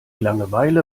langeweile